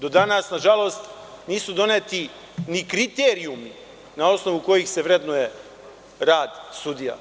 Do danas, nažalost, nisu doneti ni kriterijumi na osnovu kojih se vrednuje rad sudija.